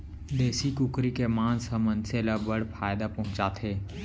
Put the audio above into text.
देसी कुकरी के मांस ह मनसे ल बड़ फायदा पहुंचाथे